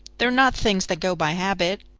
they're not things that go by habit,